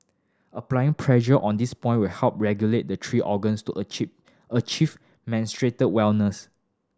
applying pressure on this point will help regulate the three organs to achieve achieve wellness